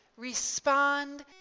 Respond